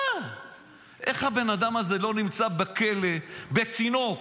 איך הבן אדם לא נמצא בכלא, בצינוק?